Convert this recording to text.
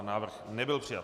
Návrh nebyl přijat.